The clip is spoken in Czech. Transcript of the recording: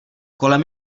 kolem